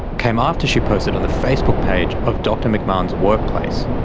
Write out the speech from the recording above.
came after she posted on the facebook page of dr mcmahon's workplace.